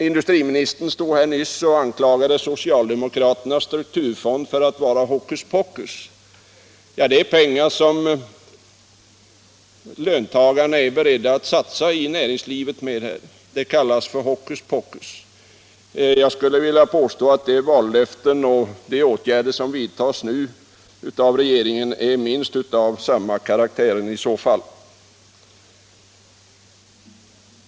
Industriministern stod här nyss och anklagade socialdemokraterna och menade att vår strukturfond är ett hokuspokus. Det rör sig om pengar som löntagarna är beredda att satsa på näringslivet, men det kallas alltså hokuspokus. De vallöften och de åtgärder som regeringen nu vidtar är av minst lika dålig karaktär.